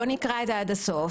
בוא נקרא את זה עד הסוף,